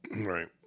Right